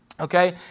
Okay